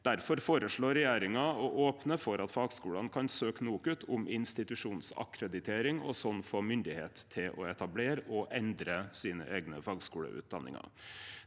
Difor føreslår regjeringa å opne for at fagskulane kan søkje NOKUT om institusjonsakkreditering og slik få myndigheit til å etablere og endre sine eigne fagskuleutdanningar.